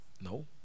No